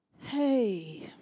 Hey